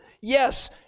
Yes